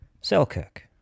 Selkirk